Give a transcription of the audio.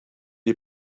est